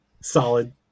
solid